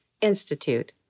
Institute